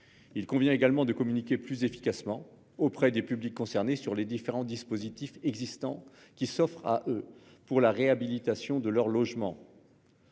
Il convient également de communiquer plus efficacement auprès des publics concernés sur les différents dispositifs existants qui s'offrent à eux pour la réhabilitation de leur logement.